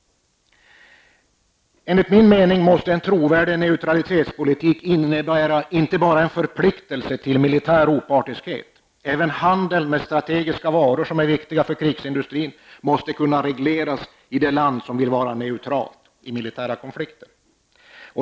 Enligt min mening måste en trovärdig neutralitetspolitik innebära inte bara en förpliktelse till militär opartiskhet. Även handel med strategiska varor som är viktiga för krigsindustrin måste kunna regleras i det land som vill vara neutralt vid militära konflikter.